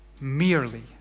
Merely